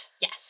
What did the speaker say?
Yes